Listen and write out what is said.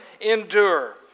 endure